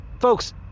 folks